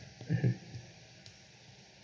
mmhmm